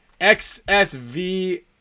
XSV